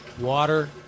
water